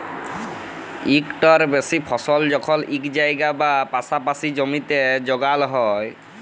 ইকটার বেশি ফসল যখল ইক জায়গায় বা পাসাপাসি জমিতে যগাল হ্যয়